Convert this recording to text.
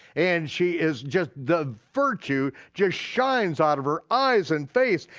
and she is just, the virtue just shines out of her eyes and face,